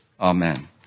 Amen